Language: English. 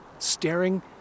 Staring